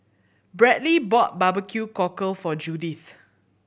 Bradly bought barbecue cockle for Judith